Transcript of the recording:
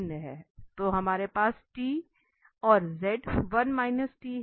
तो हमारे पास t और z 1 t है